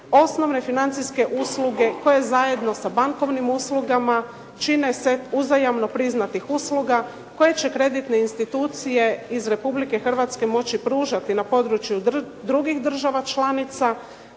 osnovne financijske usluge koje zajedno sa bankovnim uslugama čine set uzajamno priznatih usluga koje će kreditne institucije iz Republike Hrvatske moći pružati na području drugih država članica,